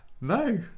No